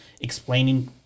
explaining